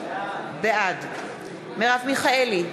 בעד מרב מיכאלי,